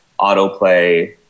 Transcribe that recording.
autoplay